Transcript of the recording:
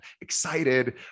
excited